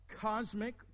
cosmic